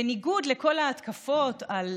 בניגוד לכל ההתקפות על